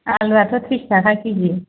आलु आथ ट्रिसथाखा के जि